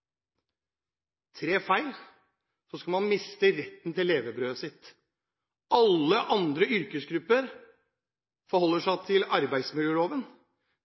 – tre feil – skal miste retten til levebrødet sitt. Alle andre yrkesgrupper forholder seg til arbeidsmiljøloven.